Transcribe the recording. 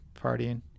partying